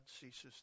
ceases